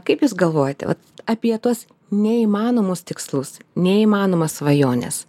kaip jūs galvojate vat apie tuos neįmanomus tikslus neįmanomas svajones